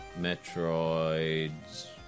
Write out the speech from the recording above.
Metroid